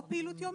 או פעילות יומית.